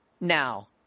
Now